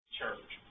church